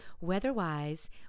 weatherwise